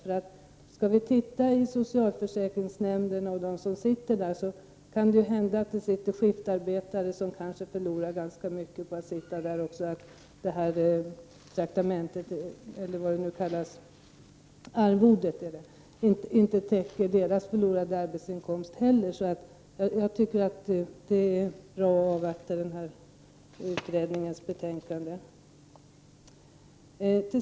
Det kan hända att det i socialförsäkringsnämnderna sitter skiftarbetare som förlorar ganska mycket på att sitta där, därför att arvodet inte heller täcker deras förlorade arbetsinkomst. Jag tycker därför att det är bra att avvakta utredningens betänkande.